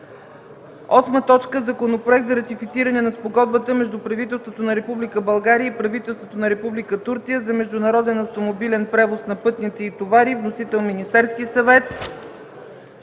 съвет. 8. Законопроект за ратифициране на Спогодбата между правителството на Република България и правителството на Република Турция за международен автомобилен превоз на пътници и товари. Вносител – Министерският съвет.